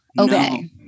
okay